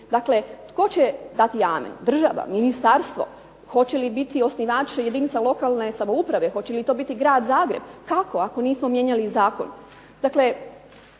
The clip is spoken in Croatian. Dakle, tko će dati amen? Država? Ministarstvo? Hoće li biti osnivač jedinica lokalne samouprave? Hoće li to biti grad Zagreb? Kako ako nismo mijenjali zakon? Dakle,